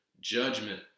judgment